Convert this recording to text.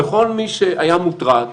וכל מי שהיה מוטרד,